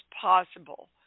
possible